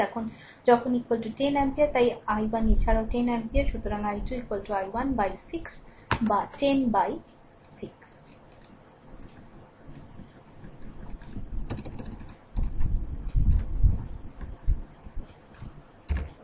এখন যখন 10 অ্যাম্পিয়ার তাই i1 এছাড়াও 10 অ্যাম্পিয়ার সুতরাং i2 i1 6 বা 10 6 অ্যাম্পিয়ার